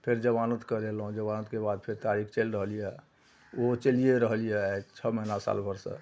फेर जमानत करेलहुँ जमानतके बाद फेर तारीख चलि रहल यऽ ओहो चलिए रहल यऽ आइ छओ महिना साल भरिसे